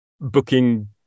booking